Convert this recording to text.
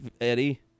Eddie